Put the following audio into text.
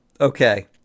okay